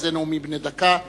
נאומים בני דקה.